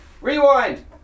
Rewind